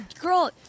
girl